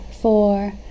four